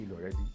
already